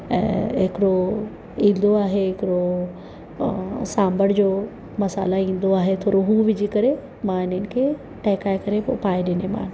ऐं हिकिड़ो ईंदो आहे हिकिड़ो सांभर जो मसाला ईंदो आहे थोरो हू विझी करे मां हिनखे टहेकाए करे पोइ पाए ॾींदीमांनि